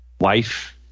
wife